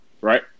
right